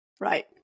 right